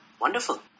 wonderful